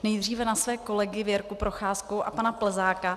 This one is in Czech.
Nejdříve na své kolegy Věrku Procházkovou a pana Plzáka.